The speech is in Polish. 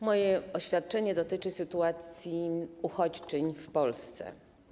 Moje oświadczenie dotyczy sytuacji uchodźczyń w Polsce.